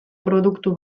produktu